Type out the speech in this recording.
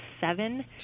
seven